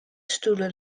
stoelen